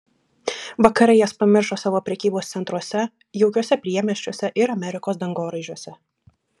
vakarai jas pamiršo savo prekybos centruose jaukiuose priemiesčiuose ir amerikos dangoraižiuose